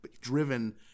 driven